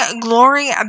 glory